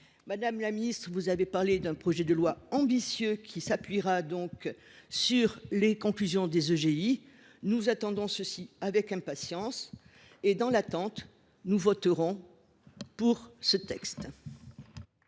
Madame la ministre, vous avez parlé d’un projet de loi ambitieux qui s’appuiera sur les conclusions des EGI. Nous l’attendons avec impatience et, dans l’attente, voterons cette